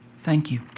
thank you.